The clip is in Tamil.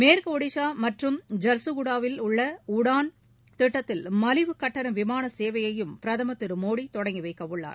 மேற்கு ஒடிசா மற்றும் ஐர்ககுடாவில் உதான் திட்டத்தில் மலிவு கட்டண விமான சேவையையும் பிரதமர் திரு மோடி தொடங்கி வைக்க உள்ளார்